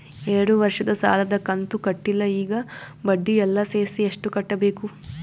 ಎರಡು ವರ್ಷದ ಸಾಲದ ಕಂತು ಕಟ್ಟಿಲ ಈಗ ಬಡ್ಡಿ ಎಲ್ಲಾ ಸೇರಿಸಿ ಎಷ್ಟ ಕಟ್ಟಬೇಕು?